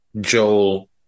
Joel